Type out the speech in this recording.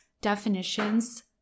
definitions